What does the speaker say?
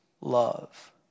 love